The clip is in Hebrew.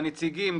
הנציגים,